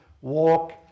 walk